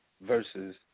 versus